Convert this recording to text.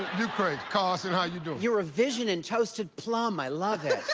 you crazy. carson, how you doing? you're a vision in toasted plum. i love it.